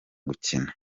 gukina